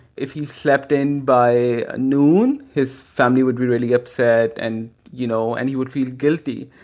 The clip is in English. if he slept in by noon, his family would be really upset, and you know, and he would feel guilty.